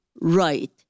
right